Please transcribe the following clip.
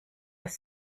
ist